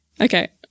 Okay